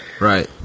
right